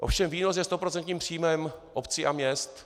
Ovšem výnos je stoprocentním příjmem obcí a měst.